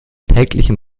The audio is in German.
täglichen